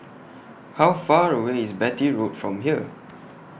How Far away IS Beatty Road from here